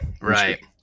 right